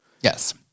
Yes